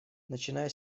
начиная